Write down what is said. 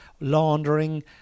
laundering